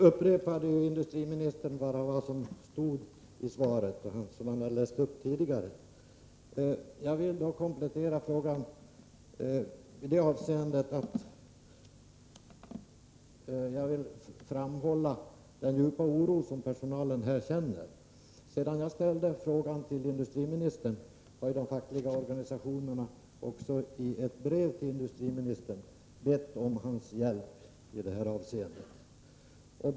Herr talman! Industriministern upprepar nu bara vad som står i svaret, som han läste upp tidigare. Jag vill då understryka den djupa oro som personalen känner. Sedan jag ställde frågan till industriministern har de fackliga organisationerna också i ett brev till industriministern bett om hans hjälp.